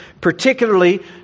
particularly